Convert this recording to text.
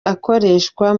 akoreshwa